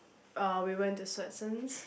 uh we went to Swensen's